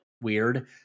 weird